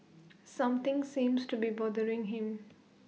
something seems to be bothering him